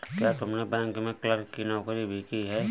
क्या तुमने बैंक में क्लर्क की नौकरी भी की है?